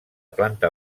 planta